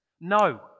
No